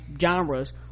genres